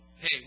Hey